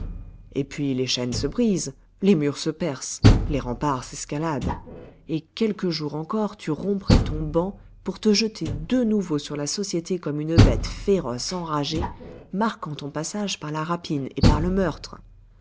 et puis les chaînes se brisent les murs se percent les remparts s'escaladent et quelque jour encore tu romprais ton ban pour te jeter de nouveau sur la société comme une bête féroce enragée marquant ton passage par la rapine et par le meurtre